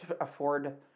afford